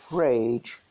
rage